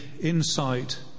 insight